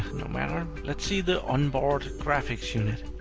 no matter. let's see the onboard graphics unit.